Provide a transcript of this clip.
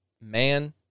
man